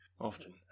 Often